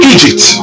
Egypt